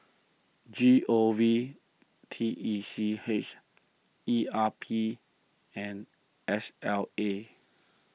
G O V T E C H E R P and S L A